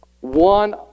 one